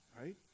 Right